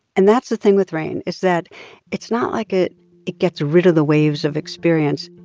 and that's the thing with rain is that it's not like it it gets rid of the waves of experience.